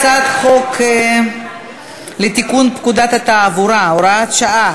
הצעת חוק לתיקון פקודת התעבורה (הוראת שעה),